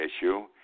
issue